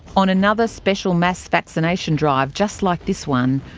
on another special mass vaccination drive just like this one,